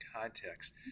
context